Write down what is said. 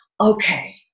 okay